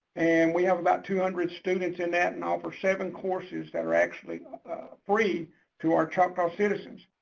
and we have about two hundred students in that. and over seven courses that are actually free to our choctaw citizens.